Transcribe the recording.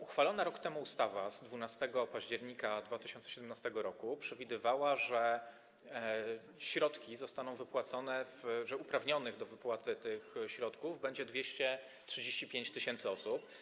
Uchwalona rok temu ustawa z 12 października 2017 r. przewidywała, że środki zostaną wypłacone, że uprawnionych do wypłaty tych środków będzie 235 tys. osób.